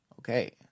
okay